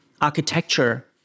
architecture